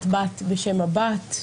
את באת בשם הבת.